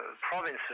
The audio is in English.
provinces